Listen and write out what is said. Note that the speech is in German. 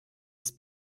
ist